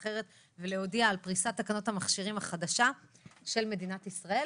ויודיעו על פריסת תקנות המכשירים החדשה של מדינת ישראל.